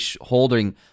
holding